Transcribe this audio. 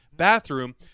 bathroom